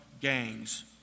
gangs